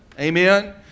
Amen